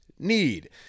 need